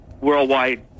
worldwide